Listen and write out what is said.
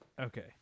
Okay